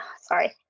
sorry